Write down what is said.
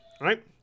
right